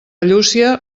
llúcia